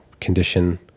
condition